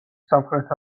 სამხრეთ